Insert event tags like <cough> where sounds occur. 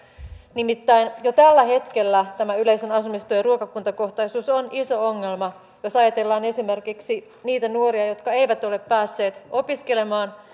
nimittäin jo tällä hetkellä tämä yleisen asumistuen ruokakuntakohtaisuus on iso ongelma jos ajatellaan esimerkiksi niitä nuoria jotka eivät ole päässeet opiskelemaan <unintelligible>